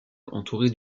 entouré